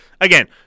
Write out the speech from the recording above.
again